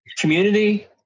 Community